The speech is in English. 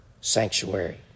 sanctuary